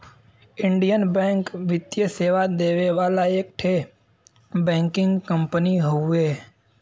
Indian bank वित्तीय सेवा देवे वाला एक ठे बैंकिंग कंपनी हउवे